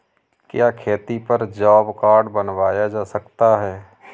क्या खेती पर जॉब कार्ड बनवाया जा सकता है?